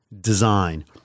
design